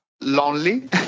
lonely